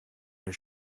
your